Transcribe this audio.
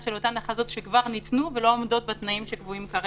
של אותן מכסות שכבר ניתנו ולא עומדות בתנאים שקבועים כרגע,